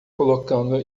colocando